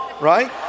right